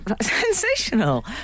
Sensational